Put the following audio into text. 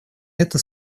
это